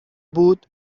بود